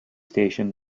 station